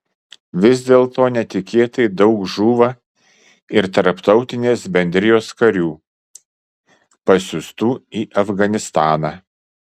vis dėlto netikėtai daug žūva ir tarptautinės bendrijos karių pasiųstų į afganistaną